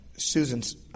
Susan's